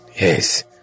Yes